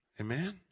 Amen